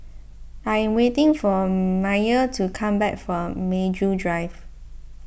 I am waiting for Myer to come back from Maju Drive